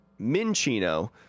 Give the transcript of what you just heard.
Minchino